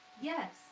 Yes